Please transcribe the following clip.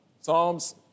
Psalms